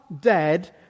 dead